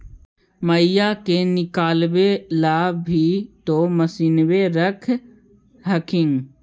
मकईया के निकलबे ला भी तो मसिनबे रख हखिन?